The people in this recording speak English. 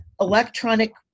electronic